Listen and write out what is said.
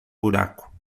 buraco